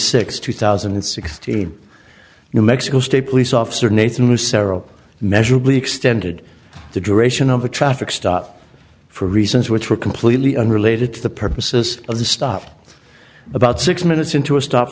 sixth two thousand and sixteen new mexico state police officer nathan several measurably extended the duration of a traffic stop for reasons which were completely unrelated to the purposes of the stop about six minutes into a stop